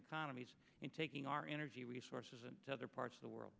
economies and taking our energy resources and other parts of the world